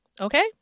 Okay